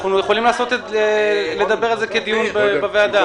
אנחנו יכולים לדבר על זה כדיון בוועדה.